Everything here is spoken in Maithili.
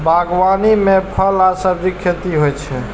बागवानी मे फल आ सब्जीक खेती होइ छै